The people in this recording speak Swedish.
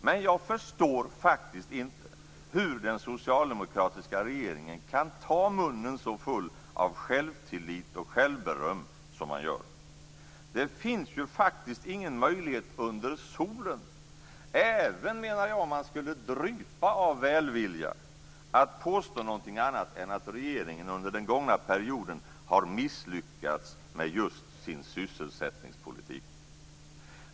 Men jag förstår faktiskt inte hur den socialdemokratiska regeringen kan ta munnen så full av självtillit och självberöm som man gör. Det finns ju faktiskt ingen möjlighet under solen - även om man skulle drypa av välvilja - att påstå något annat än att regeringen under den gångna perioden har misslyckats med just sin sysselsättningspolitik.